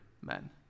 men